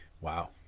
Wow